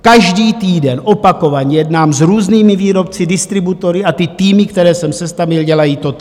Každý týden opakovaně jednám s různými výrobci, distributory a týmy, které jsem sestavil, dělají totéž.